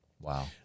wow